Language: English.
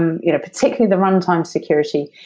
um you know particularly the runtime security,